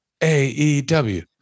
AEW